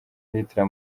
hitler